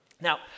Now